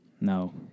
No